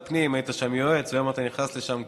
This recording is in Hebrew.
אני אקריא את השמות, ואתם תודיעו לי לפי הרשימה.